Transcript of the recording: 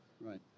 right